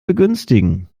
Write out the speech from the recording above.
begünstigen